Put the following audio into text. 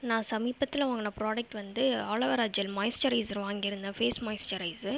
நான் சமீபத்தில் வாங்கின ப்ராடக்ட் வந்து ஆலோவேரா ஜெல் மாய்ஸ்ட்ரைசர் வாங்கியிருந்தேன் ஃபேஸ் மாய்ஸ்ட்ரைசர்